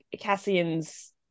Cassian's